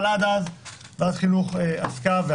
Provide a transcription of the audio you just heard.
אבל עד אז ועדת חינוך עבדה,